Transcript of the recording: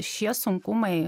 šie sunkumai